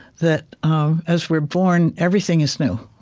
that um as we're born, everything is new.